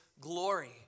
glory